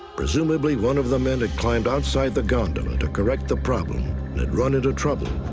presumably, one of the men had climbed outside the gondola to correct the problem and had run into trouble.